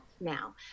now